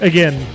Again